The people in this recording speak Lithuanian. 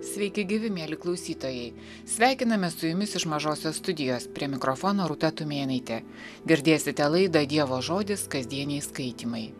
sveiki gyvi mieli klausytojai sveikiname su jumis iš mažosios studijos prie mikrofono rūta tumėnaitė girdėsite laidą dievo žodis kasdieniai skaitymai